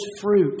fruit